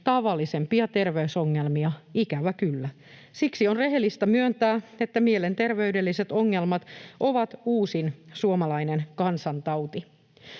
tavallisimpia terveysongelmia, ikävä kyllä. Siksi on rehellistä myöntää, että mielenterveydelliset ongelmat ovat uusin suomalainen kansantauti.